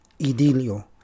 idilio